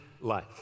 life